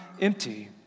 empty